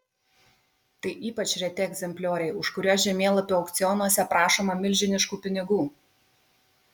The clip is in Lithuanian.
tai ypač reti egzemplioriai už kuriuos žemėlapių aukcionuose prašoma milžiniškų pinigų